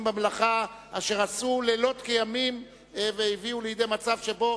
במלאכה שעשו לילות כימים והביאו לידי מצב שבו